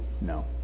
no